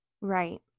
Right